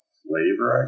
flavor